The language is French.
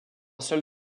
sol